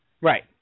Right